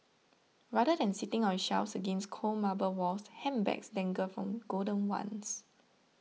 rather than sitting on shelves against cold marble walls handbags dangle from golden wands